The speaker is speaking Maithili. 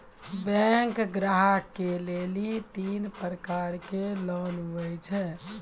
बैंक ग्राहक के लेली तीन प्रकर के लोन हुए छै?